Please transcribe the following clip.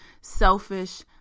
selfish